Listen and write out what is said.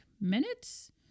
minutes